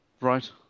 Right